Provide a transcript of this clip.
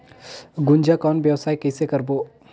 गुनजा कौन व्यवसाय कइसे करबो?